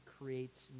creates